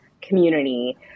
community